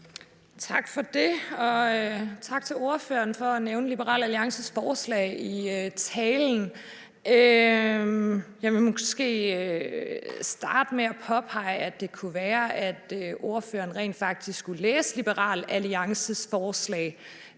Tak for det. Tak til ordføreren for at nævne Liberal Alliances forslag i talen. Jeg skal måske starte med at påpege, at det kunne være, at ordføreren rent faktisk skulle læse Liberal Alliances forslag